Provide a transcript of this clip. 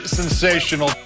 sensational